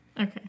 Okay